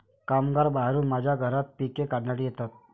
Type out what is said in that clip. कामगार बाहेरून माझ्या घरात पिके काढण्यासाठी येतात